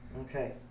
Okay